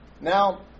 Now